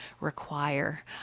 require